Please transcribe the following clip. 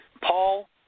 Paul